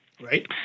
Right